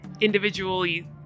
individually